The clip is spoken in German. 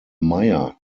mayer